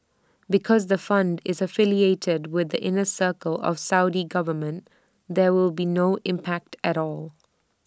because the fund is affiliated with the inner circle of Saudi government there will be no impact at all